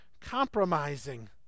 compromising